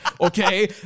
Okay